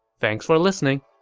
thanks for listening!